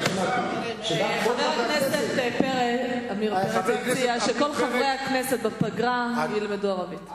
חבר הכנסת פרץ מציע שכל חברי הכנסת בפגרה ילמדו ערבית.